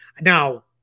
Now